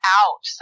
out